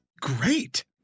great